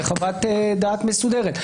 בחוות דעת מסודרת.